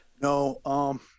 No